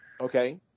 Okay